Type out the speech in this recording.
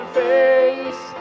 face